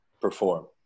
perform